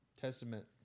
Testament